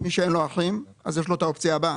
מי שאין לו אחים אז יש לו את האופציה הבאה,